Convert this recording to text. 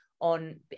on